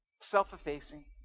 self-effacing